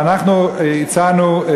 אנחנו הצענו,